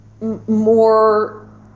more